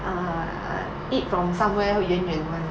ah eat from somewhere 远远 [one] lah